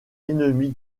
ennemie